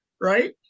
right